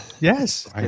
Yes